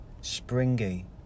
springy